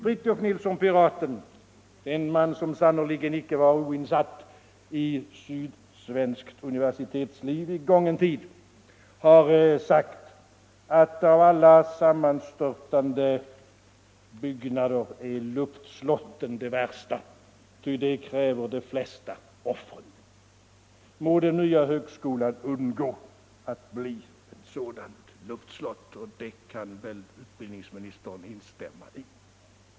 Fritiof Nilsson Piraten — en man som sannerligen inte var oinsatt i sydsvenskt universitetsliv i gången tid — har sagt, att av alla sammanstörtande byggnader är luftslotten de värsta, ty de kräver de flesta offren. — Må den nya högskolan undgå att bli ett sådant luftslott. Den förhoppningen kan väl utbildningsministern instämma i.